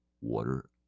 water